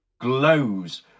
glows